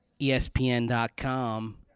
ESPN.com